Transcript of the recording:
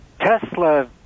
Tesla